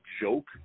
joke